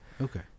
Okay